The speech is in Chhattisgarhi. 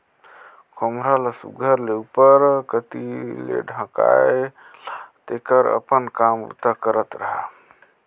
खोम्हरा ल सुग्घर ले उपर कती ले ढाएक ला तेकर अपन काम बूता करत रहा